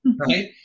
right